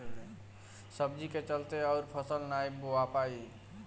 सब्जी के चलते अउर फसल नाइ बोवा पाई